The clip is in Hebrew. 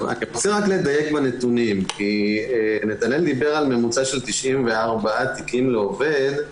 אני רוצה לדייק בנתונים כי נתנאל דיבר על ממוצע של 94 תיקים לעובד,